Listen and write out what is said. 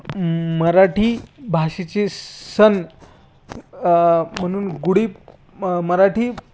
मराठी भाषेचे सण म्हणून गुढी मराठी